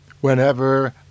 whenever